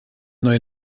neue